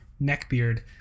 neckbeard